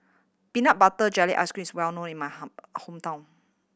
peanut butter jelly ice cream is well known in my hometown